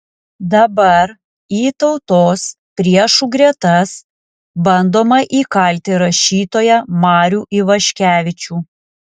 dabar į tautos priešų gretas bandoma įkalti rašytoją marių ivaškevičių